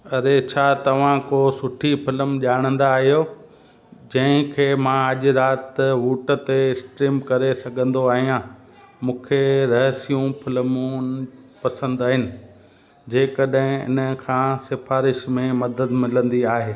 अरे छा तव्हां को सुठी फिल्म ॼाणंदा आहियो जंहिं खे मां अॼु राति वूट ते स्ट्रीम करे सघंदो आहियां मूंखे रहस्यूं फ़िल्मुनि पसंदि आहिनि जेकॾहिं इन खां सिफ़ारिश में मदद मिलंदी आहे